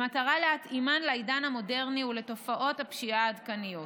במטרה להתאימן לעידן המודרני ולתופעות הפשיעה העדכניות.